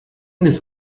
this